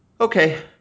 Okay